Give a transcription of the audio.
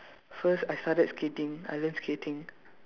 first I started skating I learned skating